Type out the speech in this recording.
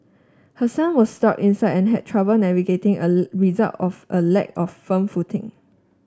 her son was stuck inside and had trouble navigating a result of a lack of firm footing